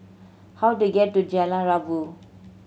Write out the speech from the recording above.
how do I get to Jalan Rabu